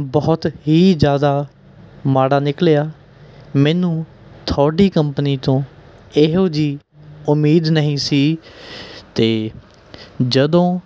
ਬਹੁਤ ਹੀ ਜ਼ਿਆਦਾ ਮਾੜਾ ਨਿਕਲਿਆ ਮੈਨੂੰ ਤੁਹਾਡੀ ਕੰਪਨੀ ਤੋਂ ਇਹੋ ਜਿਹੀ ਉਮੀਦ ਨਹੀਂ ਸੀ ਅਤੇ ਜਦੋਂ